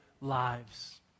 lives